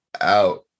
out